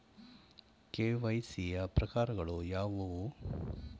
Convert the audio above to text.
KYC ಯ ಪ್ರಕಾರಗಳು ಯಾವುವು?